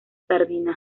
sardina